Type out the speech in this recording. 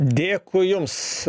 dėkui jums